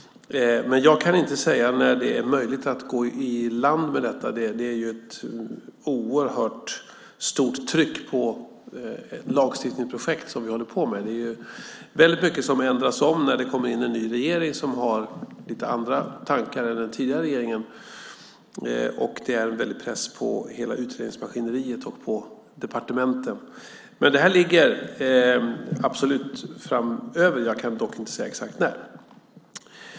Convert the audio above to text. Jag kan inte säga när det är möjligt att gå i land med detta. Det är ett stort tryck på de lagstiftningsprojekt vi håller på med. Det är mycket som ändras när det kommer en ny regering som har lite andra tankar än den tidigare regeringen. Det är en stor press på hela utredningsmaskineriet och på departementen. Men detta kommer absolut att ligga på regeringens bord framöver. Jag kan dock inte säga exakt när.